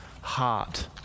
heart